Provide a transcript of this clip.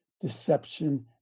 deception